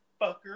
fucker